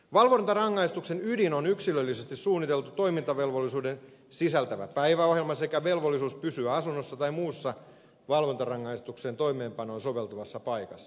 valvontarangaistuksen ydin on yksilöllisesti suunniteltu toimintavelvollisuuden sisältävä päiväohjelma sekä velvollisuus pysyä asunnossa tai muussa valvontarangaistuksen toimeenpanoon soveltuvassa paikassa